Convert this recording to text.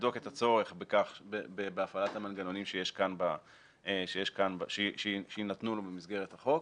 יבדוק את הצורך בהפעלת המנגנונים שיינתנו לו במסגרת החוק,